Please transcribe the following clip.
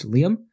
Liam